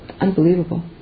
unbelievable